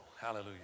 Hallelujah